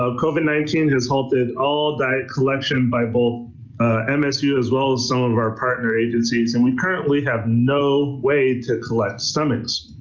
covid nineteen has halted all diet collection by both msu as well as some of our partner agencies. and we currently have no way to collect stomachs.